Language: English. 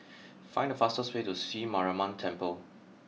find the fastest way to Sri Mariamman Temple